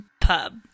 pub